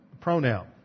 pronoun